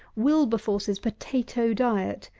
wilberforce's potatoe diet,